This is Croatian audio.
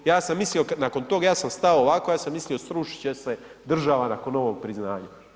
Ja sam mislio nakon tog, ja sam stao ovako, ja sam mislio srušit će se država nakon ovog priznanja.